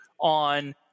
on –